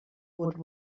would